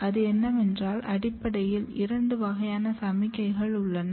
அது என்னவென்றால் அடிப்படையில் இரண்டு வகையான சமிக்ஞைகள் உள்ளன